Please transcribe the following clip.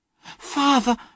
Father